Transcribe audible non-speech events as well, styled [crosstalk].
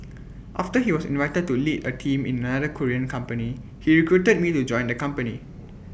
[noise] after he was invited to lead A team in another Korean company he recruited me to join the company